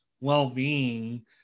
well-being